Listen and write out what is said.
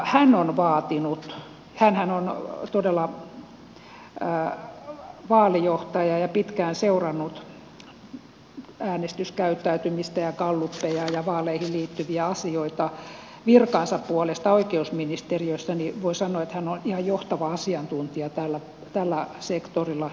hän on vaatinut hänhän on todella vaalijohtaja ja pitkään seurannut äänestyskäyttäytymistä ja gallupeja ja vaaleihin liittyviä asioita virkansa puolesta oikeusministeriössä joten voi sanoa että hän on ihan johtava asiantuntija tällä sektorilla